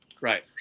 right